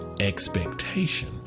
expectation